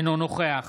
אינו נוכח